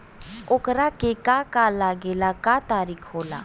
ओकरा के का का लागे ला का तरीका होला?